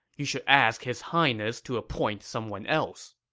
you should ask his highness to appoint someone else.